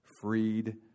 Freed